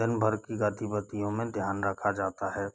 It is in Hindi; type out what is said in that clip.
दिन भर की गतिविधियों में ध्यान रखा जाता है